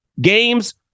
Games